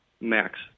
Max